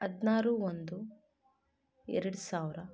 ಹದಿನಾರು ಒಂದು ಎರಡು ಸಾವಿರ